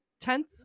Tenth